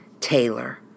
Taylor